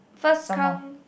some more